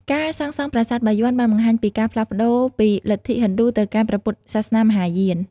ការសាងសង់ប្រាសាទបាយ័នបានបង្ហាញពីការផ្លាស់ប្តូរពីលទ្ធិហិណ្ឌូទៅកាន់ព្រះពុទ្ធសាសនាមហាយាន។